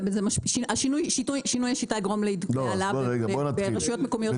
שינוי השיטה יגרום לעדכון ההעלאה ברשויות מקומיות.